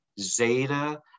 zeta